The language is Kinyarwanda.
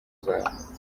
zawe